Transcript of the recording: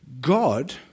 God